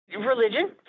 Religion